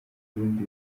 ibindi